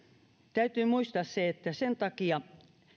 täytyy muistaa että sen takia